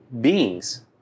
beings